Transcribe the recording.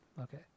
okay